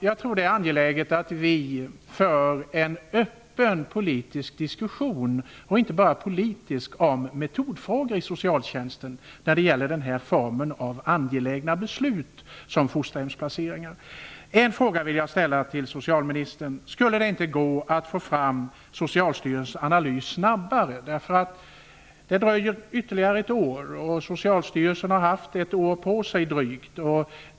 Jag tror att det är angeläget att vi för en öppen politisk diskussion om metodfrågor inom socialtjänsten när det gäller denna form av angelägna beslut som fosterhemsplaceringar utgör. Jag vill ställa en fråga till socialministern. Går det att få Socialstyrelsens analys snabbare? Det dröjer ytterligare ett år. Socialstyrelsen har haft drygt ett år på sig.